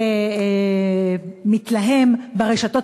ומתלהם ברשתות